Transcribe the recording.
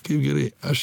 kaip gerai aš